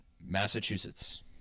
Massachusetts